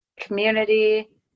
community